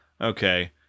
Okay